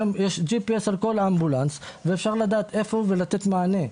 היום יש GPS על כל אמבולנס ואפשר לדעת איפה הוא ולתת מענה.